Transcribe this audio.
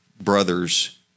brothers